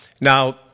Now